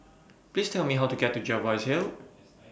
Please Tell Me How to get to Jervois Hill